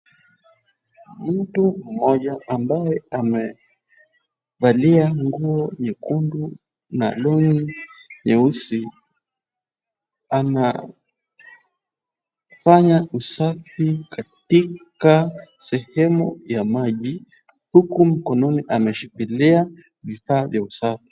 Mtu mmoja ambaye amevalia nguo nyekundu na long'i nyeusi, anafanya usafi katika sehemu ya maji huku mkononi ameshikilia vifaa vya usafi.